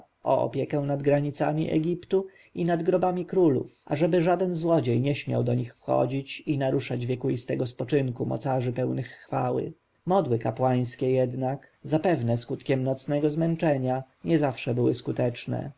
opiekę nad granicami egiptu i nad grobami królów ażeby żaden złodziej nie śmiał do nich wchodzić i naruszać wiekuistego spoczynku mocarzy pełnych chwały modły kapłańskie jednak zapewne skutkiem nocnego zmęczenia niezawsze były skuteczne